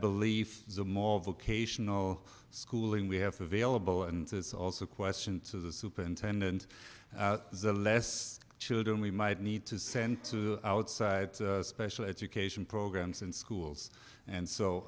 believe the more vocational schooling we have available and this also question to the superintendent the less children we might need to send to outside special education programs and schools and so